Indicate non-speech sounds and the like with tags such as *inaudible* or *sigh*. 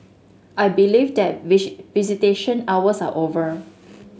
I believe that *unintelligible* visitation hours are over